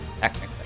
technically